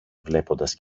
βλέποντας